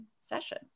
session